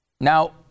Now